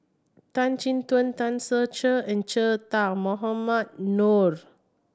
Tan Chin Tuan Tan Ser Cher and Che Dah Mohamed Noorth